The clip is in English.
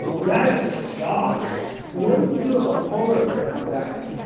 that sucks. what do you do if a polar bear comes at you,